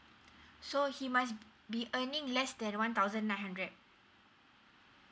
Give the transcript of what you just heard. so he must be earning less than one thousand nine hundred